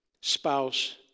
spouse